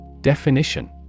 Definition